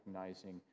recognizing